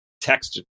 text